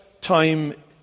time